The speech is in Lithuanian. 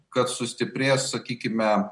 kad sustiprės sakykime